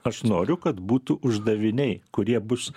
aš noriu kad būtų uždaviniai kurie bus